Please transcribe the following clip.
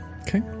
okay